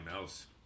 mouse